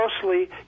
closely